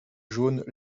jaunes